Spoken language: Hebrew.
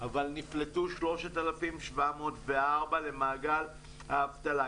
אבל נפלטו 3,704 למעגל האבטלה,